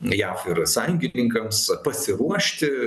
jav ir sąjungininkams pasiruošti